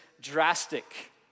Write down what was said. drastic